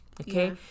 Okay